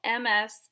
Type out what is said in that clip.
MS